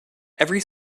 every